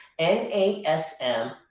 NASM